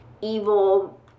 evil